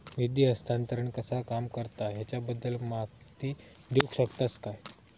निधी हस्तांतरण कसा काम करता ह्याच्या बद्दल माहिती दिउक शकतात काय?